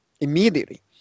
immediately